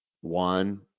one